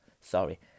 sorry